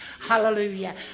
hallelujah